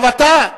עכשיו אתה.